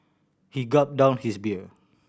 he gulped down his beer